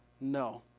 No